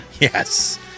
Yes